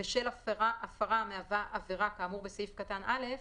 בשל הפרה המהווה עבירה כאמור בסעיף קטן (א),